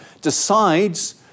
decides